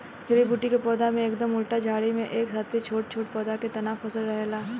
जड़ी बूटी के पौधा के एकदम उल्टा झाड़ी में एक साथे छोट छोट पौधा के तना फसल रहेला